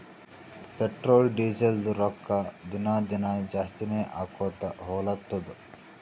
petrol, ಡೀಸೆಲ್ದು ರೊಕ್ಕಾ ದಿನಾ ದಿನಾ ಜಾಸ್ತಿನೇ ಆಕೊತ್ತು ಹೊಲತ್ತುದ್